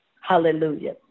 Hallelujah